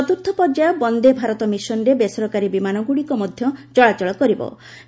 ଚତୁର୍ଥପର୍ଯ୍ୟାୟ ବନ୍ଦେ ଭାରତ ମିଶନରେ ବେସରକାରୀ ବିମାନ ଗୁଡ଼ିକ ମଧ୍ୟ ଚଳାଚଳ କରିବେ